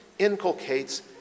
inculcates